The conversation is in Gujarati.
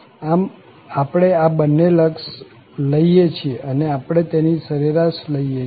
આમ આપણે આ બન્ને લક્ષ લઈએ છીએ અને આપણે તેની સરેરાશ લઈએ છીએ